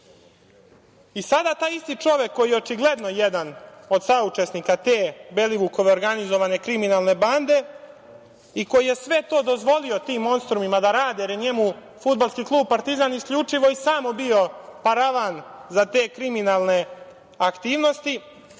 sada taj isti čovek koji je, očigledno jedan od saučesnika te Belivukove organizovane kriminalne bande i koji je sve to dozvolio tim monstrumima da rade, jer je njemu Fudbalski klub „Partizan“ isključivo i samo bio paravan za te kriminalne aktivnosti,